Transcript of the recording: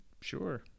Sure